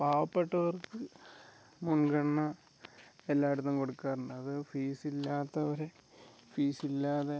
പാവപ്പെട്ടവർക്ക് മുൻഗണന എല്ലായിടത്തും കൊടുക്കാറുണ്ട് അത് ഫീസില്ലാത്തവരെ ഫീസില്ലാതെ